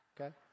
okay